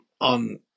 on